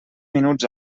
minuts